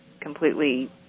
completely